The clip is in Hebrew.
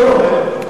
לא, לא.